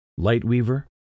Lightweaver